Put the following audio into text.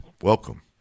Welcome